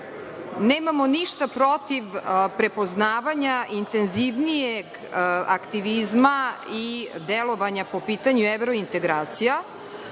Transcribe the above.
nemamo ništa protiv prepoznavanja intenzivnijeg aktivizma i delovanja po pitanju evrointegracija,